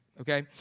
Okay